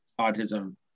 autism